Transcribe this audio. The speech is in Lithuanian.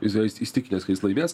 jis yra įsitikinęs kad jis laimės